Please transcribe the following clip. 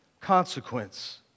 consequence